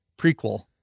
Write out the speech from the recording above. prequel